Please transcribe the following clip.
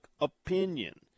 opinion